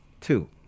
two